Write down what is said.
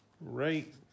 right